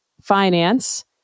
finance